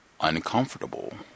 uncomfortable